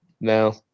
No